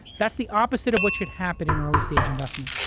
that's the opposite of what should happen in early stage investment.